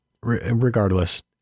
regardless